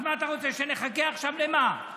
אז מה אתה רוצה, שנחכה עכשיו, למה?